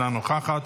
אינה נוכחת,